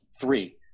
three